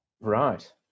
Right